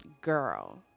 girl